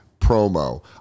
promo